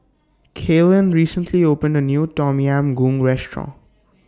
Kaylan recently opened A New Tom Yam Goong Restaurant